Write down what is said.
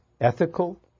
ethical